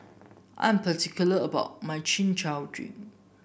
I'm particular about my Chin Chow Drink